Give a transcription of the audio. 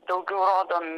daugiau rodom